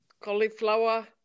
cauliflower